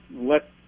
Let